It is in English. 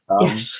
Yes